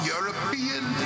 European